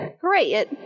Great